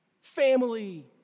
family